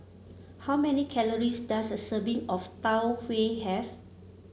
how many calories does a serving of Tau Huay have